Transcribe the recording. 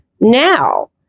now